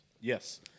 Yes